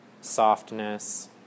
softness